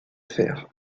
fer